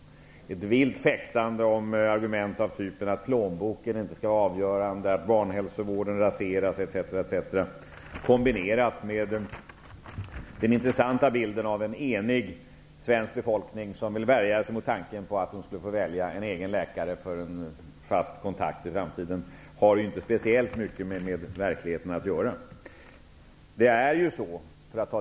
Det är ett vilt fäktande med argument av typen att plånboken inte skall vara avgörande och att barnhälsovården raseras, etc. Detta kombineras med den intressanta bilden av en enig svensk befolkning som vill värja sig mot tanken på att de skall få välja en egen läkare för en fast kontakt i framtiden. Det här har inte speciellt mycket med verkligheten att göra.